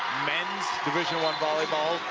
men's division one volleyball,